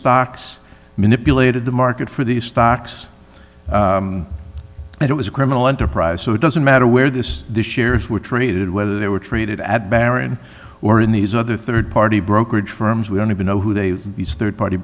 stocks manipulated the market for these stocks and it was a criminal enterprise so it doesn't matter where this the shares were traded whether they were treated at baron or in these other rd party brokerage firms we don't even know who they are these rd party